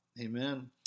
Amen